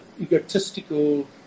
egotistical